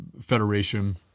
federation